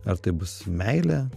ar tai bus meilė